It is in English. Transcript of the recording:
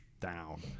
down